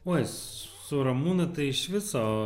uoi su ramūnu tai iš viso